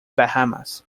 bahamas